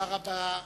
תודה רבה.